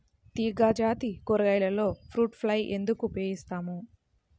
తీగజాతి కూరగాయలలో fruit fly ఎందుకు ఉపయోగిస్తాము?